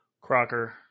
Crocker